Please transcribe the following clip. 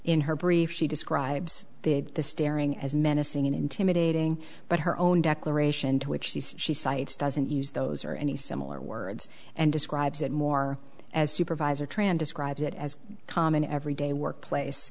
in her brief she describes the the staring as menacing and intimidating but her own declaration to which she cites doesn't use those or any similar words and describes it more as supervisor tran describes it as common every day workplace